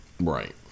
right